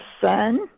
sun